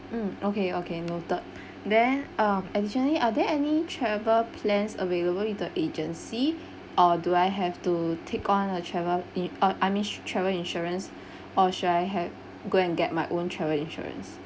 um okay okay noted then uh additionally are there any travel plans available in the agency or do I have to take on a travel in~ uh I mean travel insurance or should I have go and get my own travel insurance